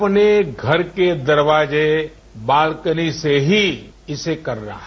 अपने घर के दरवाजे बालकनी से ही इसे करना है